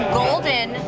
golden